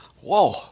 Whoa